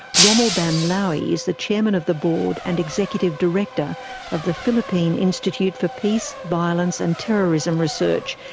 rommel banlaoi is the chairman of the board and executive director of the philippine institute for peace, violence and terrorism research,